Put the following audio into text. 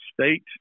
state